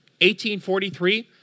1843